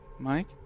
Mike